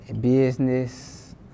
business